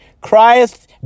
Christ